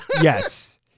yes